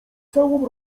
całą